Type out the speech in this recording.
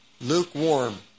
Lukewarm